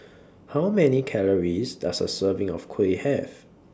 How Many Calories Does A Serving of Kuih Have